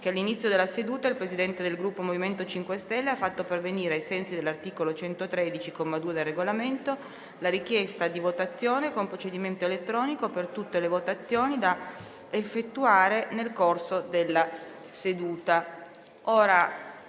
che all'inizio della seduta il Presidente del Gruppo MoVimento 5 Stelle ha fatto pervenire, ai sensi dell'articolo 113, comma 2, del Regolamento, la richiesta di votazione con procedimento elettronico per tutte le votazioni da effettuare nel corso della seduta.